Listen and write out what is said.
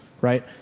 right